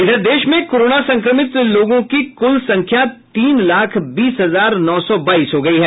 इधर देश में कोरोना संक्रमित लोगों की कुल संख्या तीन लाख बीस हजार नौ सौ बाईस हो गई है